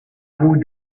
roue